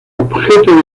objeto